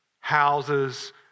houses